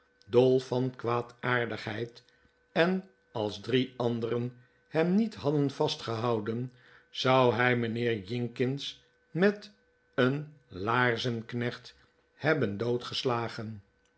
dol van kwaadaardigheid en als drie anderen hem niet hadden vastgehouden zou hij mijnheer jinkins met een laarzenknecht hebben doodgeslagen